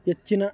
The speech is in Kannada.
ಹೆಚ್ಚಿನ